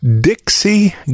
Dixie